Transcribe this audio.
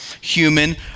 human